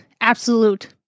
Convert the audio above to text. absolute